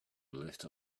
lit